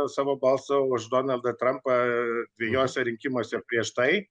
savo balsą už donaldą trumpą dviejuose rinkimuose prieš tai